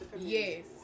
Yes